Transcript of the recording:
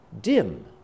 dim